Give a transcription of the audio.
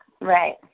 Right